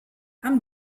amb